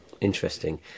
Interesting